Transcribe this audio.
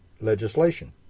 legislation